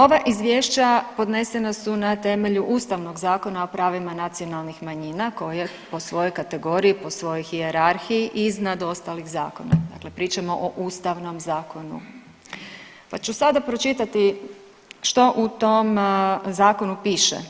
Ova izvješća podnesena su na temelju Ustavnog zakona o pravima nacionalnih manjina koji je po svojoj kategoriji i po svojoj hijerarhiji iznad ostalih zakona, dakle pričamo o ustavnom zakonu, pa ću sada pročitati što u tom zakonu piše.